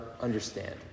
understand